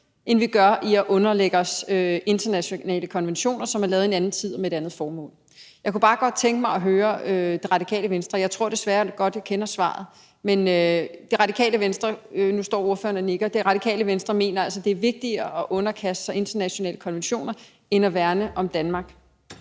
end vi gør i at underlægge os internationale konventioner, som er lavet i en anden tid og med et andet formål. Jeg kunne bare godt tænke mig at høre Det Radikale Venstre om noget, og jeg tror desværre godt, jeg kender svaret. Men Det Radikale Venstre mener altså, og nu står ordføreren og nikker, at det er vigtigere at underkaste sig internationale konventioner end at værne om Danmark?